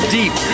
Deep